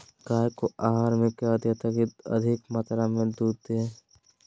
गाय को आहार में क्या दे ताकि अधिक मात्रा मे दूध दे?